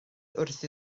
wrth